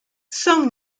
son